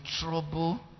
trouble